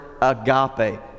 agape